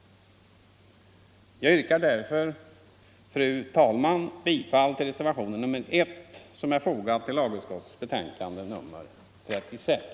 Jag yrkar därför, fru talman, bifall till reservationen 1, som är fogad till lagutskottets betänkande nr 36.